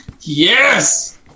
Yes